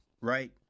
right